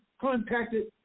contacted